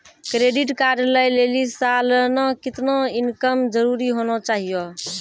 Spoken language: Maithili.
क्रेडिट कार्ड लय लेली सालाना कितना इनकम जरूरी होना चहियों?